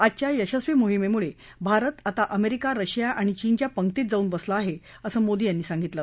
आजच्या यशस्वी मोहिमेमुळ भारत आता अमेरिका रशिया आणि चीनच्या पंक्तीत जाऊन बसला आहे असं मोदी यांनी सांगितलं